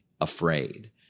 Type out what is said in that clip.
afraid